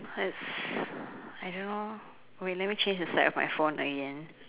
that's I don't know wait lemme change the side of my phone again